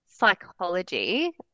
psychology